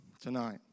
tonight